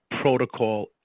protocol